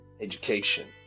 education